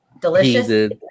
delicious